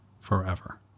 forever